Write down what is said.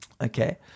Okay